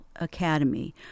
Academy